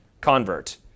convert